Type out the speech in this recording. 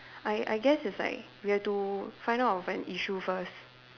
I I guess it's like we have to find out of an issue first